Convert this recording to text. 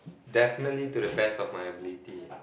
definitely to the best of my ability